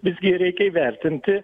visgi reikia įvertinti